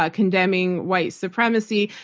ah condemning white supremacy,